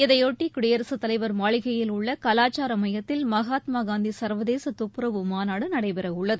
இதையொட்டி குடியரசுத் தலைவர் மாளிகையில் உள்ள கலாச்சார மையத்தில் மகாத்மா காந்தி சா்வதேச துப்புரவு மாநாடு நடைபெறவுள்ளது